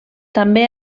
també